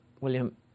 William